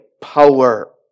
power